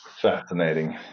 Fascinating